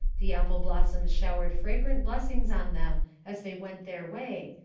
the apple-blossoms showered fragrant blessings on them as they went their way,